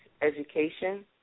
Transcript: education